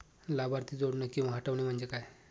लाभार्थी जोडणे किंवा हटवणे, म्हणजे काय?